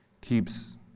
keeps